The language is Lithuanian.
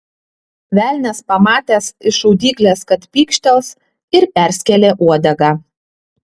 velnias pamatęs iš šaudyklės kad pykštels ir perskėlė uodegą